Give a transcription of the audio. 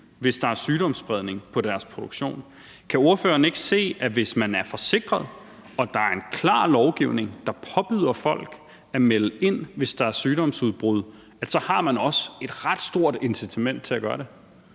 hvis der er sygdomsspredning i deres produktion. Kan ordføreren ikke se, at hvis man er forsikret og der er en klar lovgivning, der påbyder folk at melde ind, hvis der er sygdomsudbrud, så har man også et ret stort incitament til at gøre det?